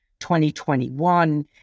2021